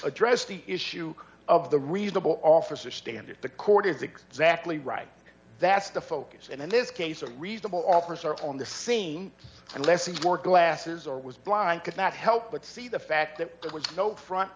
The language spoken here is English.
address the issue of the reasonable officer standard the court is exactly right that's the focus and in this case a reasonable officer on the scene unless it's more glasses or was blind could not help but see the fact that there was no front